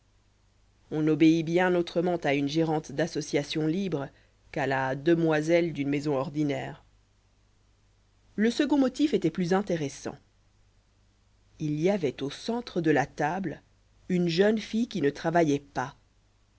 on obéit bien autrement à une gérante d'association libre qu'à la demoiselle d'une maison ordinaire le second motif était plus intéressant il y avait au centre de la table une jeune fille qui ne travaillait pas